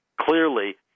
clearly